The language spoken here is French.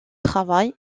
travail